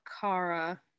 Kara